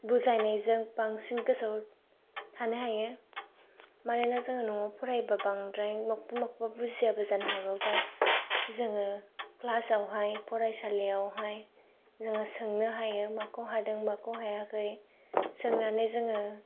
बुजायनायजों बांसिन गोसोआव थानो हायो मानोना जोङो न'आव फरायब्ला बांद्राय माखौबा माखौबा बुजियाबो जानो हागौ बाट जोङो क्लासावहाय फरायसालियावहाय जोङो सोंनो हायो माखौ हादों माखौ हायाखै सोंनानै जोङो